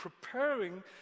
preparing